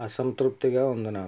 అసంతృప్తిగా ఉంది నాకు